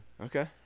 Okay